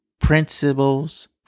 Principles